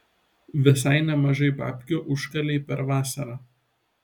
visai nemažai babkių užkalei per vasarą